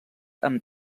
amb